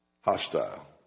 hostile